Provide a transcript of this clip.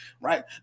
right